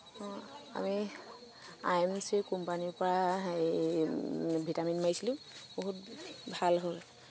আমি I M C কোম্পানীৰ পৰা হেৰি ভিটামিন মাৰিছিলো বহুত ভাল হ'ল